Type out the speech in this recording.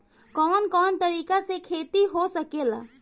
कवन कवन तरीका से खेती हो सकेला